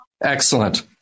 Excellent